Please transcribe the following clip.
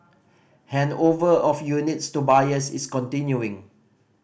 handover of units to buyers is continuing